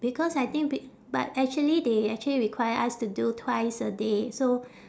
because I think b~ but actually they actually require us to do twice a day so